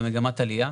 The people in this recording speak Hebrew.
במגמת עלייה,